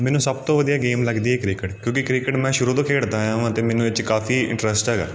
ਮੈਨੂੰ ਸਭ ਤੋਂ ਵਧੀਆ ਗੇਮ ਲੱਗਦੀ ਹੈ ਕ੍ਰਿਕਟ ਕਿਉਂਕਿ ਕ੍ਰਿਕਟ ਮੈਂ ਸ਼ੁਰੂ ਤੋਂ ਖੇਡਦਾ ਆਇਆ ਵਾਂ ਅਤੇ ਮੈਨੂੰ ਇਹ 'ਚ ਕਾਫ਼ੀ ਇੰਟਰਸਟ ਹੈਗਾ